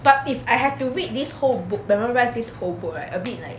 but if I have to read this whole book memorise this whole book right a bit like